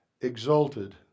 exalted